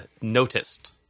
noticed